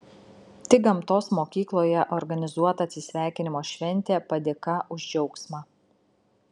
tik gamtos mokykloje organizuota atsisveikinimo šventė padėka už džiaugsmą